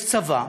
יש צבא,